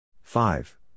five